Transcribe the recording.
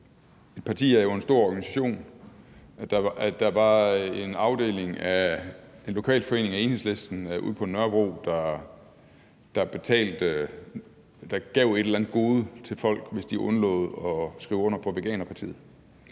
– partier er jo en stor organisation – at der var en lokalafdeling af Enhedslisten ude på Nørrebro, der betalte eller gav et eller andet gode til folk, hvis de undlod at skrive under på en